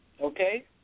Okay